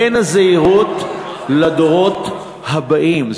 והן הזהירות למען הדורות הבאים,